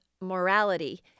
morality